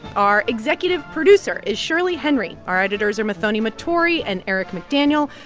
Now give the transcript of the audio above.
our executive producer is shirley henry. our editors are muthoni muturi and eric mcdaniel.